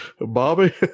Bobby